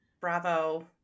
Bravo